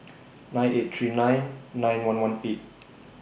nine eight three nine nine one one eight